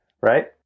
right